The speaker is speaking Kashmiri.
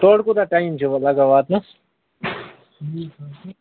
تورِ کوتاہ ٹایِم چھُ لگان واتنس